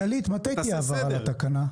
דלית, מתי תהיה הבהרה לתקנה?